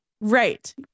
Right